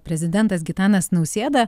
prezidentas gitanas nausėda